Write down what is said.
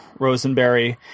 Rosenberry